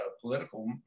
political